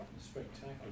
spectacular